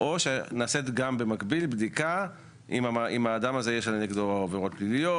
או שנעשית גם במקביל בדיקה אם נגד האדם הזה יש עבירות פליליות,